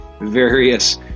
various